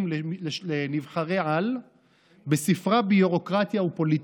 לנבחרי-על בספרה "ביורוקרטיה כפוליטיקה".